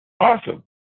Awesome